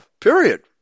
period